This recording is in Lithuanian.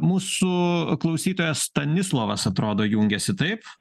mūsų klausytojas stanislovas atrodo jungiasi taip